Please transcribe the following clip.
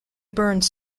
burns